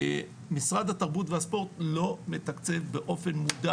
משרד התרבות והספורט לא מתקצב באופן מודע